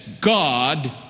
God